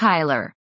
Kyler